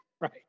Right